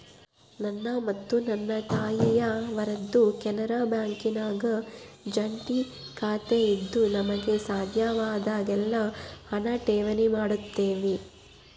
ನನ್ನ ಮತ್ತು ನನ್ನ ತಾಯಿಯವರದ್ದು ಕೆನರಾ ಬ್ಯಾಂಕಿನಾಗ ಜಂಟಿ ಖಾತೆಯಿದ್ದು ನಮಗೆ ಸಾಧ್ಯವಾದಾಗೆಲ್ಲ ಹಣ ಠೇವಣಿ ಮಾಡುತ್ತೇವೆ